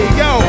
yo